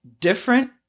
different